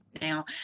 Now